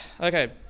Okay